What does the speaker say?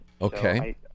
Okay